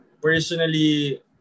personally